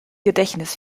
gedächtnis